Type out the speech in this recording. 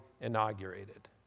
inaugurated